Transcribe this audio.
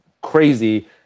crazy